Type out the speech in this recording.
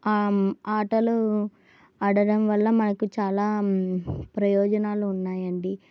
ఆటలు ఆడడం వల్ల మనకు చాలా ప్రయోజనాలు ఉన్నాయండి